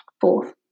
Fourth